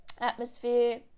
atmosphere